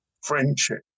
friendship